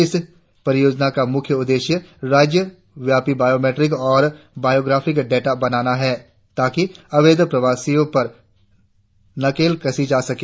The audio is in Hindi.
इस परियोजना का मुख्य उद्देश्य राज्य व्यापिक वायोमेट्रिक और वायोग्राफिक डेटा बनाना है ताकि अवैध प्रवासियों पर नकेल कसी जा सके